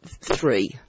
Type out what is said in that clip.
three